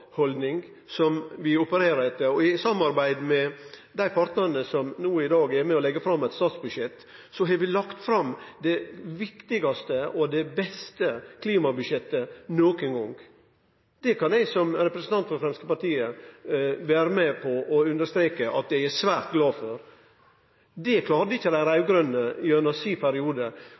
som vi opererer etter. I samarbeid med dei partane som i dag er med og legg fram eit statsbudsjett, har vi lagt fram det viktigaste og beste klimabudsjettet nokon gong. Det kan eg som representant for Framstegspartiet vere med på å understreke at eg er svært glad for. Det klarte ikkje dei raud-grøne gjennom perioden sin, og kappast i